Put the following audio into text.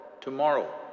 tomorrow